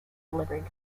delivering